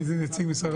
מי נציג משרד